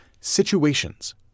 situations